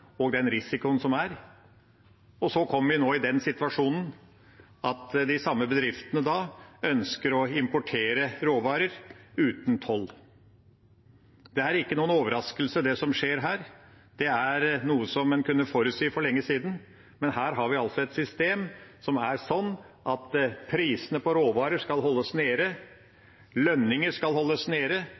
og den risikoen som er. Så kommer vi nå i den situasjonen at de samme bedriftene da ønsker å importere råvarer uten toll. Det som skjer, er ikke noen overraskelse. Det er noe som en kunne forutsi for lenge siden. Her har vi et system som er sånn at prisene på råvarer skal holdes nede, lønninger skal holdes nede,